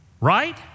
Right